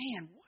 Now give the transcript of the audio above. man